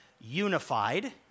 unified